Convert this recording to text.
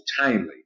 timely